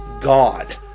God